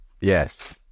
Yes